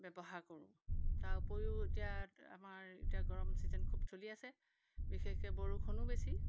ব্যৱহাৰ কৰোঁ তাৰ উপৰিও এতিয়া আমাৰ এতিয়া গৰম ছিজন খুব চুলি আছে বিশেষকৈ বৰষুণো বেছি